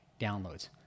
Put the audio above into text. downloads